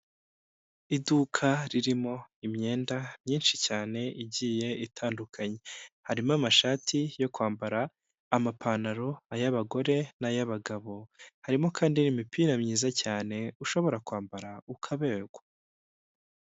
Iduka ririmo imyenda myinshi cyane igiye itandukanye. Harimo amashati yo kwambara, amapantaro, ay'abagore n'ay'abagabo. Harimo kandi n'imipira myiza cyane, ushobora kwambara ukaberwa.